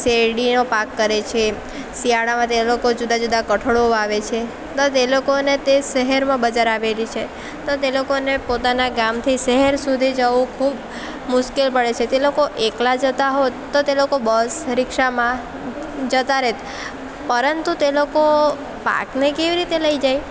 શેરડીનો પાક કરે છે શિયાળામાં તે લોકો જુદા જુદા કઠોળો વાવે છે તો તે લોકોને તે શહેરમાં બજાર આવેલી છે તો તે લોકોને પોતાના ગામથી શહેર સુધી જવું ખૂબ મુશ્કેલ પડે છે તે લોકો એકલા જતાં હોત તો તે લોકો બસ રિક્ષામાં જતાં રહેત પરંતુ તે લોકો પાકને કેવી રીતે લઈ જાય